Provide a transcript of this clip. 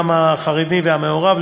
גם החרדי והמעורב,